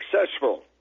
successful